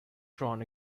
drawn